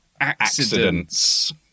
Accidents